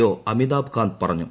O Amitabh Kant പറഞ്ഞു